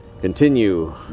continue